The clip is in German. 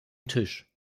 tisch